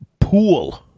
pool